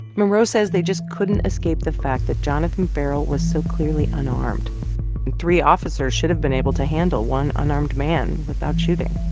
monroe says they just couldn't escape the fact that jonathan ferrell was so clearly unarmed. and three officers should have been able to handle one unarmed man without shooting.